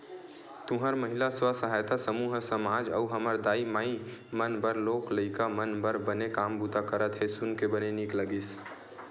तुंहर महिला स्व सहायता समूह ह समाज अउ हमर दाई माई मन बर लोग लइका मन बर बने काम बूता करत हे सुन के बने नीक लगिस